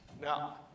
Now